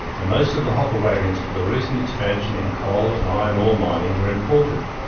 and most of the hopper wagons for the recent expansion in coal and iron ore mining were imported.